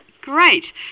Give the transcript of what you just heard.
Great